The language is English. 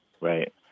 Right